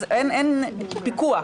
אין פיקוח.